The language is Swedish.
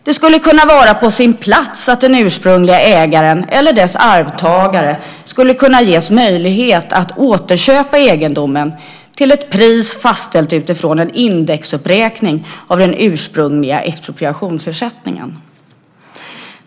Det skulle kunna vara på sin plats att den ursprungliga ägaren eller dennes arvtagare gavs möjlighet att återköpa egendomen till ett pris fastställt utifrån en indexuppräkning av den ursprungliga expropriationsersättningen.